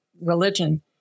religion